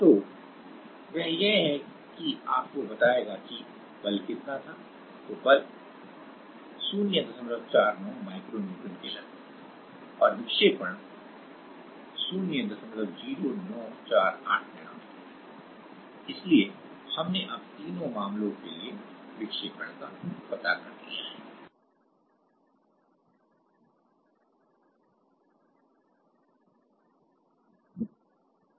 तो वह यह है कि आपको बताएगा कि बल कितना था बल 049 माइक्रो न्यूटन के लगभग था और विक्षेपण 00948 नैनो मीटर है इसलिए हमने अब तीनों मामलों के लिए विक्षेपण का पता कर लिया है